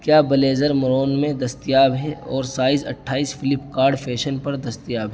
کیا blazer maroon میں دستیاب ہے اور سائز اٹھائیس فلپکارڈ فیشن پر دستیاب